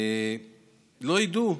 לא ידעו,